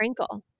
frankel